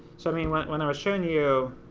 so i mean when when i was showing you,